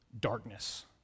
darkness